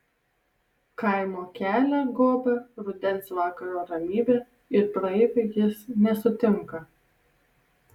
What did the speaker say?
kaimo kelią gobia rudens vakaro ramybė ir praeivių jis nesutinka